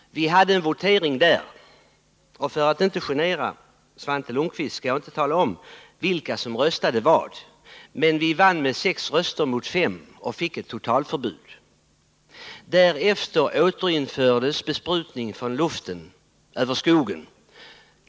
För att inte genera Svante Lundkvist skall jag inte tala om vilka som röstade vad, men vi vann med sex röster mot fem och fick ett totalför sprutning över skogen.